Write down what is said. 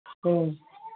ꯑꯥ